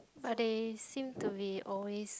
but they seem to be always